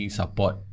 support